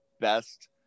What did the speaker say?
best